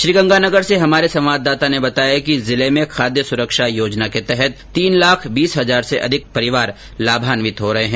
श्रीगंगानगर से हमारे संवाददाता ने बताया कि जिले में खाद्य सुरक्षा योजना के तहत तीन लाख बीस हजार से अधिक परिवार लाभान्वित हो रहे है